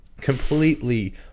completely